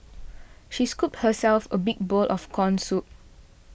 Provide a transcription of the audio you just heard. she scooped herself a big bowl of Corn Soup